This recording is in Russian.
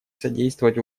содействовать